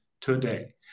today